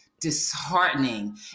disheartening